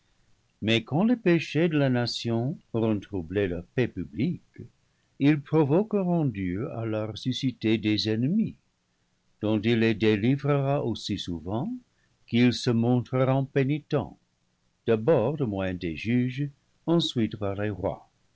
mais quand les péchés de la nation auront troublé leur paix publique ils provoqueront dieu à leur susciter des ennemis dont il les dé livrera aussi souvent qu'ils se montreront pénitents d'abord au moyen des juges